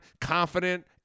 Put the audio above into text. confident